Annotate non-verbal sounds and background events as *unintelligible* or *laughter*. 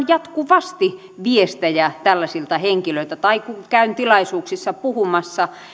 *unintelligible* jatkuvasti viestejä tällaisilta henkilöiltä tai kun käyn tilaisuuksissa puhumassa